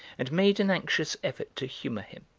and made an anxious, effort to humour him.